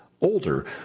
older